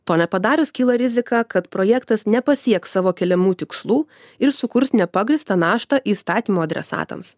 to nepadarius kyla rizika kad projektas nepasieks savo keliamų tikslų ir sukurs nepagrįstą naštą įstatymų adresatams